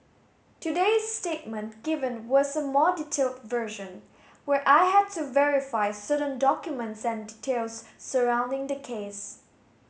today's statement given was a more detailed version where I had to verify certain documents and details surrounding the case